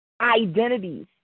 identities